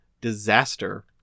disaster